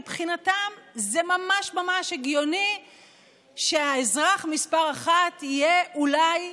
מבחינתם זה ממש ממש הגיוני שהאזרח מספר אחת יהיה אולי,